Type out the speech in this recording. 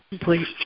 please